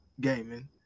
Gaming